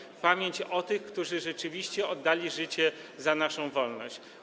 Chodzi o pamięć o tych, którzy rzeczywiście oddali życie za naszą wolność.